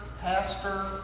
pastor